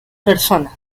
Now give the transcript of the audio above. personas